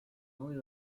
only